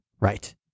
Right